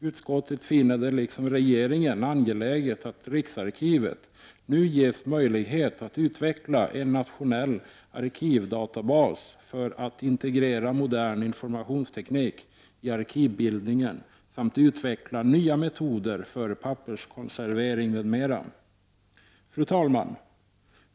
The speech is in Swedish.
Utskottet, liksom regeringen, finner det angeläget att riksarkivet nu ges möjlighet att utveckla en nationell arkivdatabas för att integrera modern informationsteknik i arkivbildningen samt utveckla nya metoder för papperskonservering m.m. Fru talman!